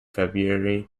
february